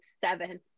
seven